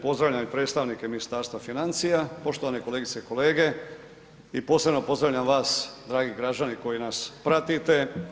Pozdravljam i predstavnike Ministarstva financija, poštivane kolegice i kolege i posebno pozdravljam vas dragi građani koji nas pratite.